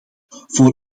voor